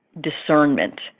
discernment